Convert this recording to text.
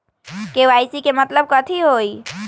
KYC के मतलब कथी होई?